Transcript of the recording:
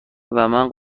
ومن